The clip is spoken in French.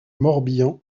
morbihan